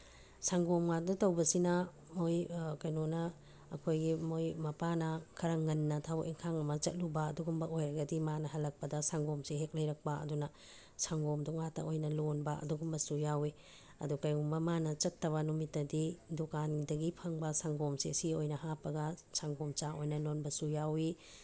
ꯁꯪꯒꯣꯝ ꯉꯥꯛꯇ ꯇꯧꯕꯁꯤꯅ ꯃꯣꯏ ꯀꯩꯅꯣꯅ ꯑꯩꯈꯣꯏꯒꯤ ꯃꯣꯏ ꯃꯄꯥꯅ ꯈꯔ ꯉꯟꯅ ꯊꯕꯛ ꯏꯪꯈꯥꯡ ꯑꯃ ꯆꯠꯂꯨꯕ ꯑꯗꯨꯒꯨꯝꯕ ꯑꯣꯏꯔꯒꯗꯤ ꯃꯥꯅ ꯍꯜꯂꯛꯄꯗ ꯁꯪꯒꯣꯝꯁꯦ ꯍꯦꯛ ꯂꯩꯔꯛꯄ ꯑꯗꯨꯅ ꯁꯪꯒꯣꯝꯗꯣ ꯉꯥꯛꯇ ꯑꯣꯏꯅ ꯂꯣꯟꯕ ꯑꯗꯨꯒꯨꯝꯕꯁꯨ ꯌꯥꯎꯏ ꯑꯗꯨ ꯀꯔꯤꯒꯨꯝꯕ ꯃꯥꯅ ꯆꯠꯇꯕ ꯅꯨꯃꯤꯠꯇꯗꯤ ꯗꯨꯀꯥꯟꯗꯒꯤ ꯐꯪꯕ ꯁꯪꯒꯣꯝꯁꯤ ꯑꯁꯤ ꯑꯣꯏꯅ ꯍꯥꯞꯄꯒ ꯁꯪꯒꯣꯝ ꯆꯥ ꯑꯣꯏꯅ ꯂꯣꯟꯕꯁꯨ ꯌꯥꯎꯏ